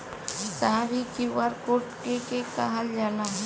साहब इ QR code के के कहल जाला?